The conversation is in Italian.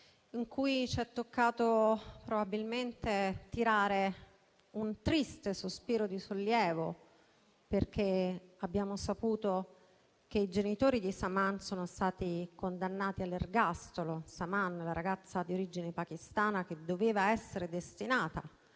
in cui ci è toccato probabilmente tirare un triste sospiro di sollievo, perché abbiamo saputo che i genitori di Saman sono stati condannati all'ergastolo - Saman era una ragazza di origine pakistana destinata